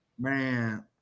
Man